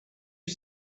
you